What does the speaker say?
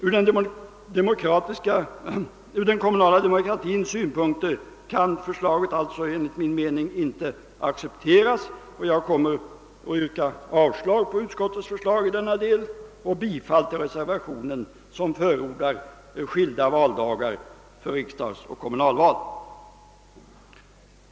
Ur den kommunala demokratins synpunkt kan förslaget alltså enligt min mening inte accepteras, och jag kommer att yrka avslag på utskottets hemställan i denna del och bifall till reservationen 1, i vilken förordas skilda valdagar för riksdagsoch kommunalval.